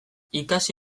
ikasi